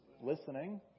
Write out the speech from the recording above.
listening